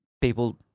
people